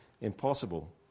impossible